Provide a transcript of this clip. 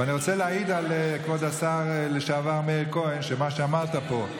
ואני רוצה להעיד על כבוד השר לשעבר מאיר כהן שמה שאמרת פה,